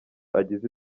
agize